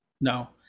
No